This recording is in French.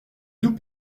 nous